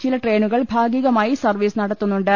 ചില ട്രെയിനുകൾ ഭാഗി കമായി സർവീസ് നടത്തുന്നുണ്ട്